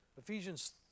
Ephesians